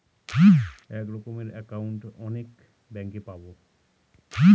এক রকমের একাউন্ট অনেক ব্যাঙ্কে পাবো